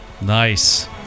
Nice